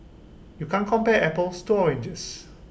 you can't compare apples to oranges